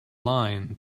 line